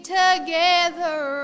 together